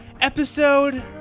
Episode